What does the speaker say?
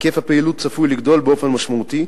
היקף הפעילות צפוי לגדול באופן משמעותי,